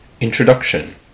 Introduction